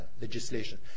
legislation